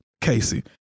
Casey